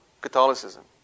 Catholicism